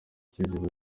kiziba